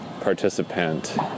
participant